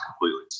completely